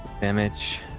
damage